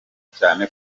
cyane